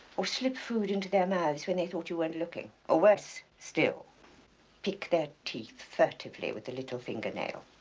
or slip food into their mouths when they thought you weren't looking or worse still pick their teeth furtively with their little finger nail.